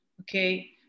Okay